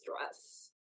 stress